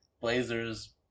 Blazers